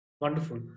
Wonderful